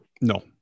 No